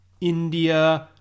India